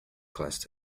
classed